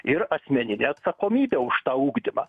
ir asmeninė atsakomybė už tą ugdymą